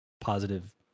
positive